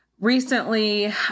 recently